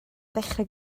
ddechrau